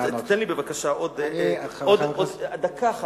תן לי בבקשה עוד דקה אחת.